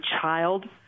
child